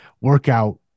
workout